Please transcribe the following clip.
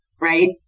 right